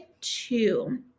two